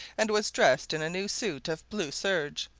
and was dressed in a new suit of blue serge,